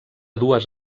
dues